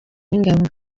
w’ingabo